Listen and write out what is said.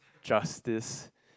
justice